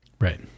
Right